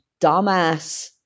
dumbass